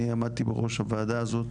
אני עמדתי בראש הוועדה הזאת